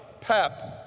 PEP